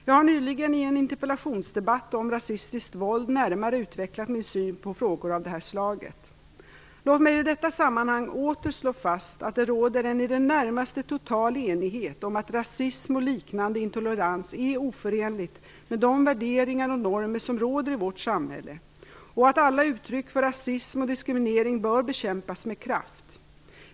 Jag har nyligen i en interpellationsdebatt om rasistiskt våld närmare utvecklat min syn på frågor av detta slag. Låt mig i detta sammanhang åter slå fast att det råder en i det närmaste total enighet om att rasism och liknande intolerans är oförenlig med de värderingar och normer som råder i vårt samhälle och att alla uttryck för rasism och diskriminering bör bekämpas med kraft.